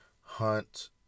hunt